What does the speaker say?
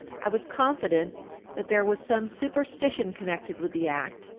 i was confident that there was some superstition connected with the act,